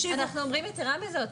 לא, אנחנו אומרים יתרה מזאת.